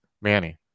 Manny